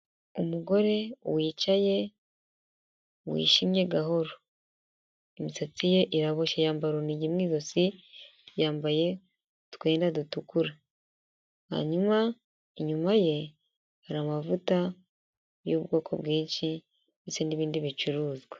Umugore wicaye, wijimye gahoro, imisatsi ye iraboshye yambara urunigi mwi ijosi yambaye utwenda dutukura, hanyuma inyuma ye hari amavuta y'ubwoko bwinshi ndetse n'ibindi bicuruzwa.